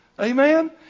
amen